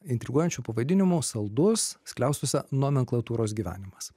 intriguojančiu pavadinimu saldus skliaustuose nomenklatūros gyvenimas